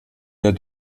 der